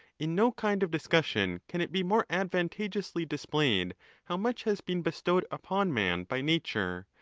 in no kind of discussion can it be more advantageously displayed how much has been bestowed upon man by nature,